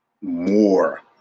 more